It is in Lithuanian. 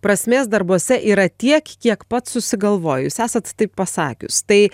prasmės darbuose yra tiek kiek pats susigalvoji jūs esat taip pasakius tai